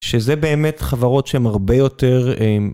שזה באמת חברות שהם הרבה יותר...